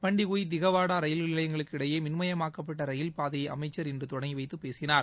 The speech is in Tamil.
பண்டிகுப் திகவாடா ரயில்நிலையங்களுக்கு இடையே மின்மயமாக்கப்பட்ட ரயில் பாதையை அமைச்சர் இன்று தொடங்கி வைத்து பேசினார்